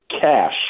cash